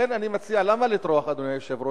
לכן אני מציע: למה לטרוח, אדוני היושב-ראש,